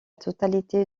totalité